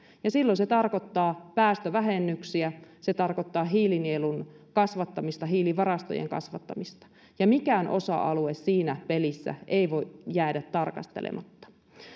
ja silloin se tarkoittaa päästövähennyksiä se tarkoittaa hiilinielun kasvattamista hiilivarastojen kasvattamista ja mikään osa alue siinä pelissä ei voi jäädä tarkastelematta